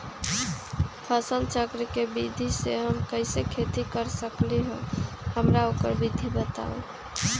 फसल चक्र के विधि से हम कैसे खेती कर सकलि ह हमरा ओकर विधि बताउ?